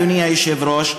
אדוני היושב-ראש,